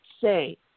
say